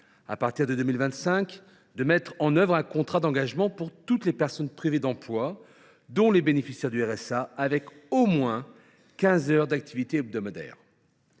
à partir de 2025, de mettre en œuvre un contrat d’engagement pour toutes les personnes privées d’emploi, dont les bénéficiaires du RSA, qui prévoit au moins quinze heures d’activité hebdomadaires.